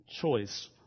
choice